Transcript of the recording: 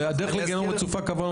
והדרך לגיהינום רצופה כוונות טובות.